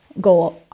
go